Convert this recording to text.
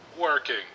working